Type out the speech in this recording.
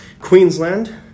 Queensland